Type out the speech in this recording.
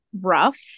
rough